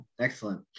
Excellent